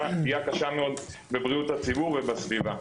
פגיעה קשה מאוד בבריאות הציבור ובסביבה.